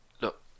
look